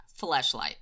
fleshlight